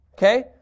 Okay